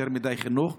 יותר חינוך.